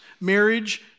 marriage